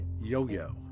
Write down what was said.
yo-yo